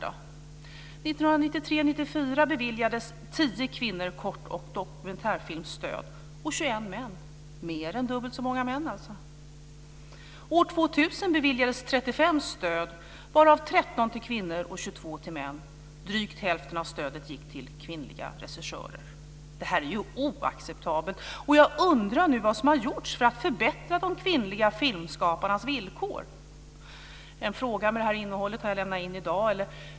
1993-1994 beviljades 10 kvinnor kort och dokumentärfilmsstöd, och 21 män. Mer än dubbelt så många män, alltså. År 2000 beviljades 35 stöd, varav 13 till kvinnor och 22 till män. Drygt hälften av stödet gick till kvinnliga regissörer. Det här är ju oacceptabelt. Jag undrar vad som har gjorts för att förbättra de kvinnliga filmskaparnas villkor. En fråga med det här innehållet har jag lämnat in i dag.